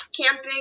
camping